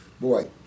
boy